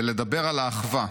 בלדבר על האחווה,